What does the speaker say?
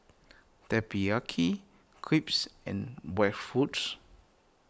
Teriyaki Crepes and